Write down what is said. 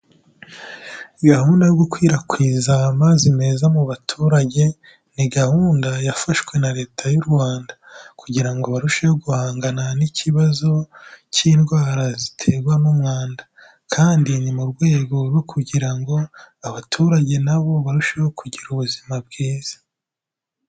Gahunda yo gukwirakwiza amazi meza mu baturage, ni gahunda yafashwe na Leta y'u Rwanda, kugira ngo barusheho guhangana n'ikibazo cy'indwara ziterwa n'umwanda kandi ni mu rwego rwo kugira ngo abaturage na bo barusheho kugira ubuzima bwiza.